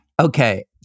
Okay